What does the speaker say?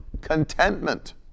contentment